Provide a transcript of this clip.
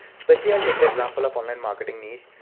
especially i'll take the example of online marketing niche.